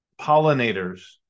pollinators